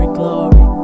glory